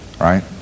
right